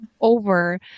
over